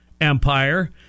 empire